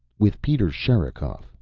with peter sherikov.